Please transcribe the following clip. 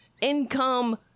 income